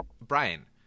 Brian